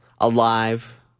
alive